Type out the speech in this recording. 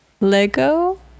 Lego